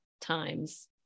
times